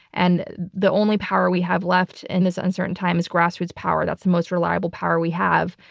and the only power we have left in this uncertain time is grassroots power. that's the most reliable power we have.